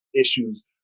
issues